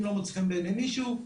אם לא מוצא חן בעיניי מישהו,